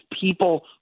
people